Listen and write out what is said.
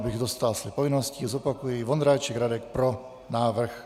Abych dostál své povinnosti, zopakuji: Vondráček Radek: Pro návrh.